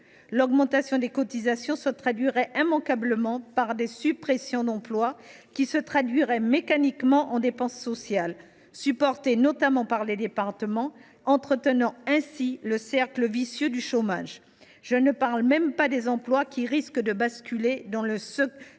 L’augmentation des cotisations se traduirait immanquablement par des suppressions d’emplois, ce qui accroîtrait mécaniquement les dépenses sociales – assumées en grande partie par les départements – tout en entretenant le cercle vicieux du chômage. Et je ne parle même pas des emplois qui risquent de basculer dans le secteur